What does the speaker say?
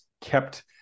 kept